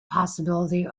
possibility